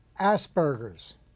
Asperger's